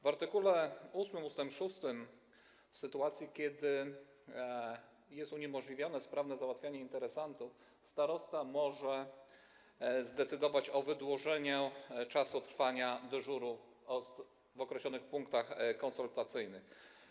W art. 8 ust. 6 jest mowa o tym, że w sytuacji kiedy jest uniemożliwione sprawne załatwianie interesantów, starosta może zdecydować o wydłużeniu czasu trwania dyżuru w określonych punktach konsultacyjnych.